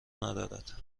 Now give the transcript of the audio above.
ندارد